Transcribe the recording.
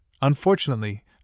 unfortunately